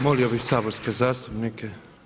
Molio bih saborske zastupnike.